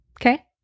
Okay